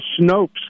Snopes